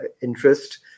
interest